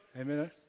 Amen